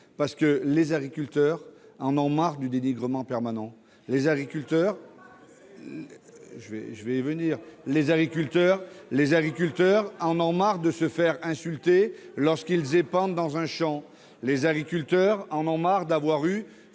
ont tout simplement marre du dénigrement permanent. Les agriculteurs en ont marre de se faire insulter lorsqu'ils épandent dans un champ. Les agriculteurs en ont marre des